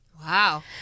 Wow